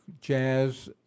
jazz